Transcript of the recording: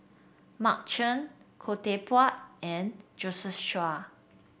Mark Chan Khoo Teck Puat and Josephine Chia